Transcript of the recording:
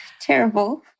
Terrible